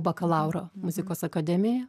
bakalaurą muzikos akademijoje